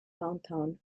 downtown